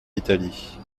italie